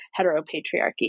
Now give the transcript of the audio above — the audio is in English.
heteropatriarchy